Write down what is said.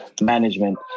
management